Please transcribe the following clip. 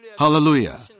Hallelujah